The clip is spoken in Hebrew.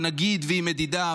שנגיד שהיא מדידה,